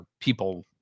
people